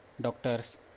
Doctors